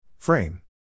Frame